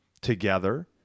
together